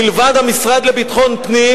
מלבד המשרד לביטחון פנים,